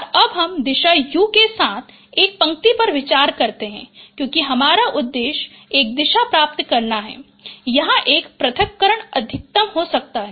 और अब हम दिशा u के साथ एक पंक्ति पर विचार करते हैं क्योंकि हमारा उद्देश्य एक दिशा प्राप्त करना है जहां यह पृथक्करण अधिकतम हो सकता है